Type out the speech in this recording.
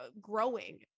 growing